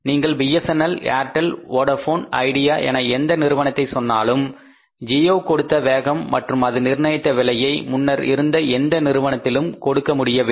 நீங்கள் BSNL Airtel Vodafone Idea என எந்த நிறுவனத்தை சொன்னாலும் ஜியோ கொடுத்த வேகம் மற்றும் அது நிர்ணயித்த விலையை முன்னர் இருந்த எந்த நிறுவனத்திலும் கொடுக்க முடியவில்லை